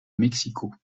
mexico